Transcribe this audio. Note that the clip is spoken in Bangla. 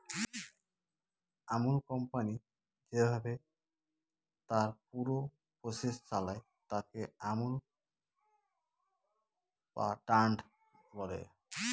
আমুল কোম্পানি যেভাবে তার পুরো প্রসেস চালায়, তাকে আমুল প্যাটার্ন বলে